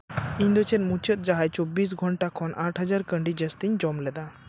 ᱤᱧ ᱫᱚ ᱪᱮᱫ ᱢᱩᱪᱟᱹᱫ ᱡᱟᱦᱟᱸᱭ ᱪᱚᱵᱵᱤᱥ ᱜᱷᱚᱱᱴᱟ ᱠᱷᱚᱱ ᱟᱴ ᱦᱟᱡᱟᱨ ᱠᱟᱹᱰᱤ ᱡᱟᱹᱥᱛᱤᱧ ᱡᱚᱢ ᱞᱮᱫᱟ